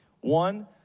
one